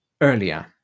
earlier